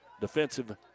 defensive